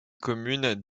communes